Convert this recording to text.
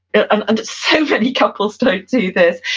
and um and so many couples don't do this,